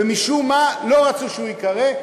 ומשום מה לא רצו שייקרא,